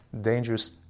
dangerous